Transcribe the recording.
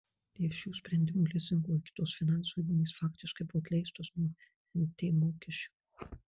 dėl šių sprendimų lizingo ir kitos finansų įmonės faktiškai buvo atleistos nuo nt mokesčio